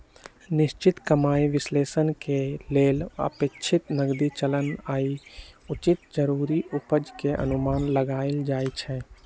निश्चित कमाइ विश्लेषण के लेल अपेक्षित नकदी चलन आऽ उचित जरूरी उपज के अनुमान लगाएल जाइ छइ